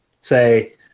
say